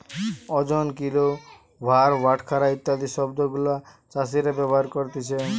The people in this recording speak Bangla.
ওজন, কিলো, ভার, বাটখারা ইত্যাদি শব্দ গুলা চাষীরা ব্যবহার করতিছে